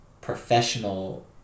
professional